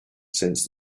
since